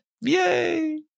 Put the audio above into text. Yay